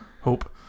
Hope